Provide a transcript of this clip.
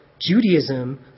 Judaism